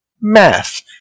math